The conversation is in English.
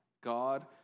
God